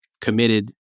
committed